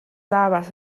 habas